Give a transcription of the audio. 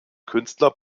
künstler